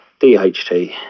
DHT